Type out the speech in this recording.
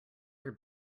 are